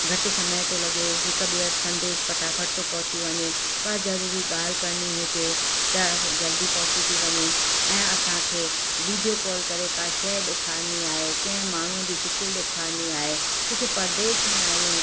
घटि समय थो लॻे हिकु ॿे वटि संदेश फटाफट तो पहुची वञे का ज़रूरी ॻाल्हि करणी हुजे त जल्दी पहुची थी वञे ऐं असांखे वीडियो कॉल करे का शइ ॾेखारणी आहे कंहिं माण्हूअ जी शिकिल ॾेखारणी आहे किथे परदेश में आहियूं